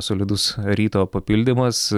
solidus ryto papildymas